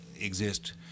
exist